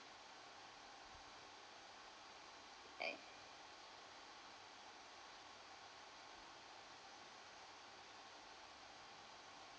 like